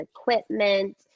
equipment